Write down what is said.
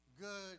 Good